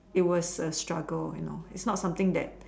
it was a struggle you know it's not something that